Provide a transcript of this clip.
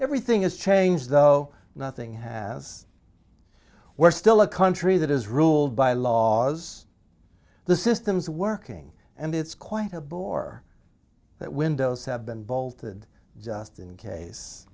everything is changed though nothing has we're still a country that is ruled by laws the system's working and it's quite a bore that windows have been bolted just in case